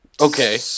okay